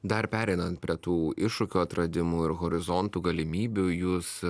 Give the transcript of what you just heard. dar pereinant prie tų iššūkių atradimų ir horizontų galimybių jus